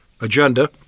agenda